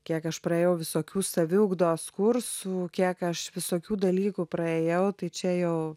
kiek aš praėjau visokių saviugdos kursų kiek aš visokių dalykų praėjau tai čia jau